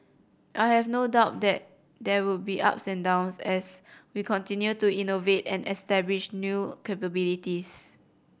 I have no doubt that there will be ups and downs as we continue to innovate and establish new capabilities